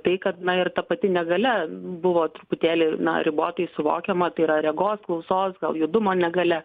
tai kad na ir ta pati negalia buvo truputėlį na ribotai suvokiama tai yra regos klausos gal judumo negalia